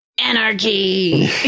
Anarchy